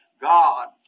God